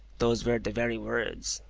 those were the very words.